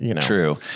True